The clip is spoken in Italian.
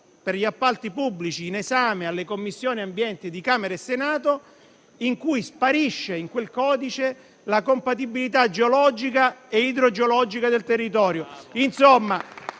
per gli appalti pubblici, in esame alle Commissioni ambiente di Camera e Senato, in cui sparisce la compatibilità geologica e idrogeologica del territorio.